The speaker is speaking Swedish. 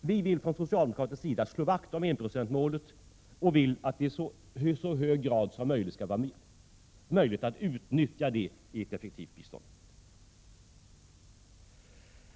Vi vill från socialdemokratisk sida slå vakt om enprocentsmålet och vill att det i så hög grad som möjligt skall gå att utnyttja det i ett effektivt bistånd.